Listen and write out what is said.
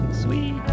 Sweet